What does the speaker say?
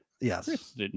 Yes